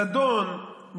זדון,